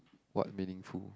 what meaningful